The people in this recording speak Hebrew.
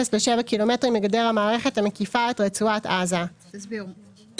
ל-7 קילומטרים מגדר המערכת המקיפה את רצועת עזה"; תסבירו.